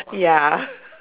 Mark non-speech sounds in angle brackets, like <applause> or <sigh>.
ya <laughs>